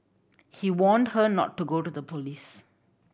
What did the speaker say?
he warned her not to go to the police